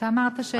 אתה אמרת שצומצמו.